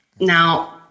Now